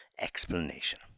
explanation